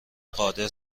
قادر